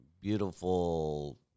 beautiful